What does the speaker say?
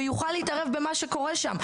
ויוכל להתערב במה שקורה שם.